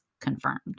confirmed